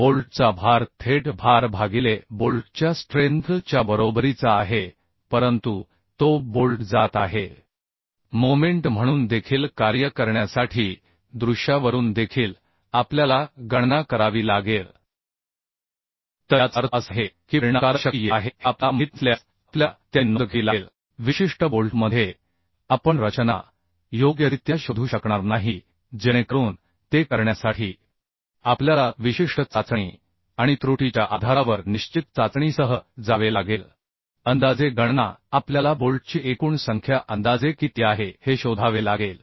बोल्टचा भार थेट भार भागिले बोल्टच्या स्ट्रेंथ च्या बरोबरीचा आहे परंतु तो बोल्ट जात आहे मोमेंट म्हणून देखील कार्य करण्यासाठी दृश्यावरून देखील आपल्याला गणना करावी लागेल तर याचा अर्थ असा आहे की परिणामकारक शक्ती येत आहे हे आपल्याला माहित नसल्यास आपल्याला त्याची नोंद घ्यावी लागेल विशिष्ट बोल्टमध्ये आपण रचना योग्यरित्या शोधू शकणार नाही जेणेकरून ते करण्यासाठी आपल्याला विशिष्ट चाचणी आणि त्रुटीच्या आधारावर निश्चित चाचणीसह जावे लागेल अंदाजे गणना आपल्याला बोल्टची एकूण संख्या अंदाजे किती आहे हे शोधावे लागेल